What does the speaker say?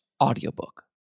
audiobook